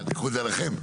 תיקחו את זה עליכם?